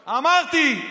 אמרתי.